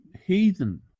heathen